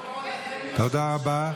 תודה רבה.